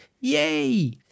yay